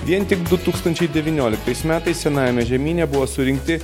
vien tik du tūkstančiai devynioliktais metais senajame žemyne buvo surinkti